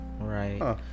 Right